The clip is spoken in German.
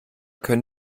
können